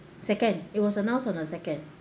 second it was announced on a second